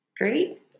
Great